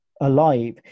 alive